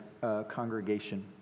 congregation